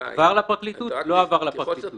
עבר לפרקליטות או לא עבר לפרקליטות.